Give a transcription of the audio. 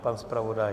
Pan zpravodaj?